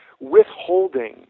withholding